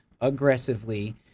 aggressively